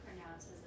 pronounces